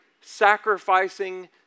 sacrificing